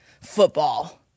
Football